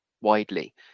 widely